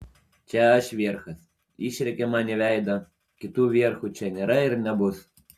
čia aš vierchas išrėkė man į veidą kitų vierchų čia nėra ir nebus